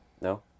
no